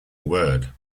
word